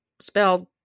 spelled